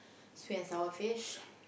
sweet and sour fish